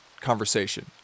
conversation